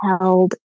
held